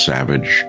Savage